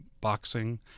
boxing